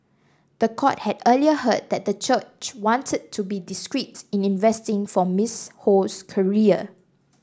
the court had earlier heard that the church wanted to be discreet in investing for Miss Ho's career